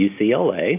UCLA